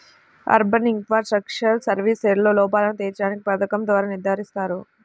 urban infrastructural సర్వీసెస్లో లోపాలను తీర్చడానికి పథకం ద్వారా నిర్ధారిస్తారు